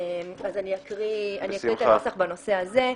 אני אקריא את הנוסח בנושא הזה.